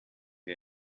wir